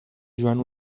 joan